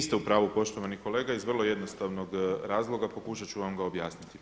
Niste u pravu poštovani kolega iz vrlo jednostavnog razloga, pokušat ću vam ga objasniti.